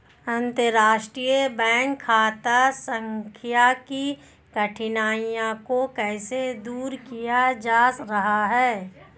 अंतर्राष्ट्रीय बैंक खाता संख्या की कठिनाइयों को कैसे दूर किया जा रहा है?